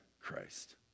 Christ